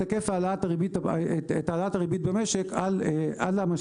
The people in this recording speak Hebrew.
היקף העלאת הריבית במשק על המשכנתאות.